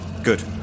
Good